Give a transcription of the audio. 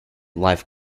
life